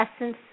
essence